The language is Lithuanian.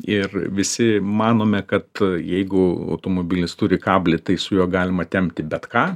ir visi manome kad jeigu automobilis turi kablį tai su juo galima tempti bet ką